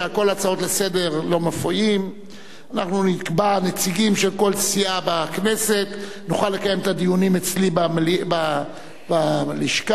אני קובע שההצעה לסדר-היום בנושא "הבונדס" הועברה לדיון בוועדת הכספים.